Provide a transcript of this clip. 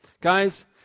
Guys